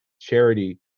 charity